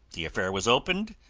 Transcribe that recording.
the affair was opened,